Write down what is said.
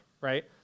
right